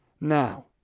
now